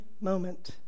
moment